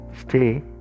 stay